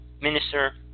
minister